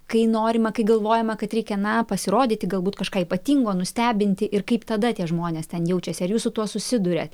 kai norima kai galvojama kad reikia na pasirodyti galbūt kažką ypatingo nustebinti ir kaip tada tie žmonės ten jaučiasi ar jūs su tuo susiduria